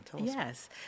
Yes